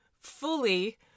fully